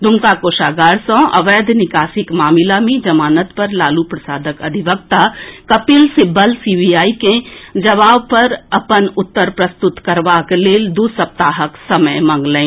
दुमका कोषागार सँ अवैध निकासीक मामिला मे जमानत पर लालू प्रसादक अधिवक्ता कपिल सिब्बल सीबीआई के जबाव पर अपन उत्तर प्रस्तुत करबाक लेल दू सप्ताहक समय मगलनि